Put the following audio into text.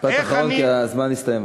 משפט אחרון כי הזמן הסתיים.